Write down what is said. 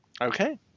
okay